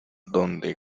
donde